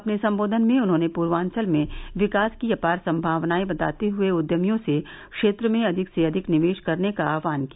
अपने संबोधन में उन्होंने पूर्वांचल में विकास की अपार संभावनाएं बताते हुए उद्यमियों से क्षेत्र में अधिक से अधिक निवेश करने का आहवान किया